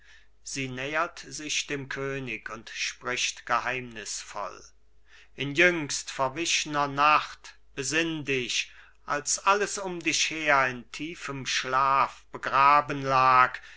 sie nähert sich dem könig und spricht geheimnisvoll in jüngst verwichner nacht besinne dich als alles um dich her in tiefem schlaf begraben lag